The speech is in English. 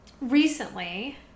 recently